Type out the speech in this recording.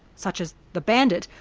such as the bandit,